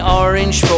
orange